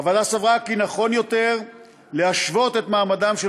הוועדה סברה כי נכון יותר להשוות את מעמדם של